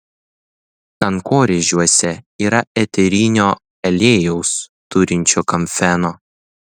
kankorėžiuose yra eterinio aliejaus turinčio kamfeno